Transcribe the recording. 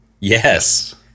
Yes